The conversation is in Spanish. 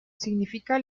significa